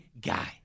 guy